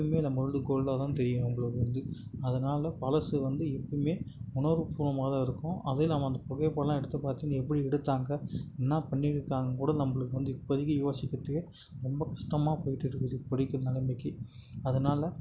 எப்போயுமே நம்ளோடது கோல்டாகதான் தெரியும் நம்ளோடது வந்து அதனால பழசு வந்து எப்பையுமே உணர்பூர்வமானதாக இருக்கும் அதுவும் இல்லாமல் அந்த புகைப்படம் எல்லாம் எடுத்து பார்த்து நீ எப்படி எடுத்தாங்க என்ன பண்ணிருக்காங்க கூட நம்ளுக்கு வந்து இப்பதிக்கு யோசிக்கிறத்துக்கே ரொம்ப கஸ்டமாக போயிகிட்டு இருக்குது நிலமைக்கி அதனால